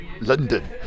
London